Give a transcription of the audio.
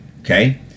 Okay